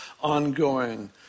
ongoing